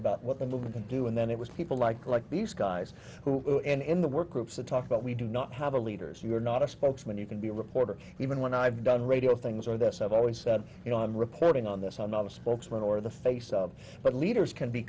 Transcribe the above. about what the going to do and then it was people like like these guys who in the workrooms to talk about we do not have a leaders you're not a spokesman you can be a reporter even when i've done radio things or this i've always said you know i'm reporting on this i'm not a spokesman or the face of but leaders can be